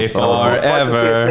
forever